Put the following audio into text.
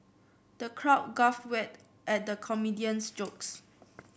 the crowd guffawed at the comedian's jokes